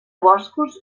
boscos